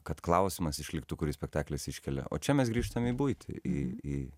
kad klausimas išliktų kurį spektaklis iškelia o čia mes grįžtam į buitį į į